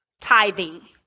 tithing